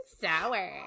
sour